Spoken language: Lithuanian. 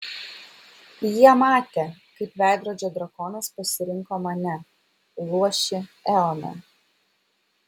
jie matė kaip veidrodžio drakonas pasirinko mane luošį eoną